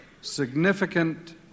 significant